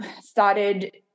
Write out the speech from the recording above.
started